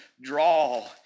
draw